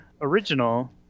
original